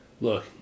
Look